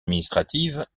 administratives